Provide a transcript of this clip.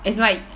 is like